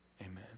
Amen